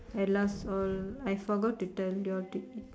at last all I forgot to tell y'all to eat